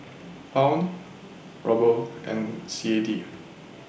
Pound Ruble and C A D